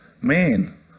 Man